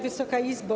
Wysoka Izbo!